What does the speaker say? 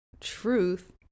truth